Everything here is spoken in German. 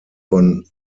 von